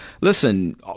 listen